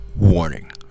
Warning